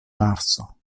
marso